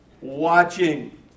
watching